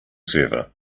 server